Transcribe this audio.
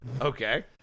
Okay